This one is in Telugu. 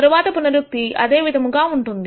తరువాత పునరుక్తి అదే విధముగా ఉంటుంది